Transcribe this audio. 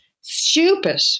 stupid